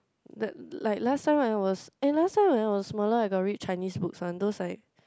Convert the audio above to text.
the like last time I was eh last time when I was smaller I got read Chinese books one those like